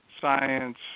science